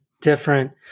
different